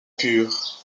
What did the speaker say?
pure